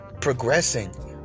progressing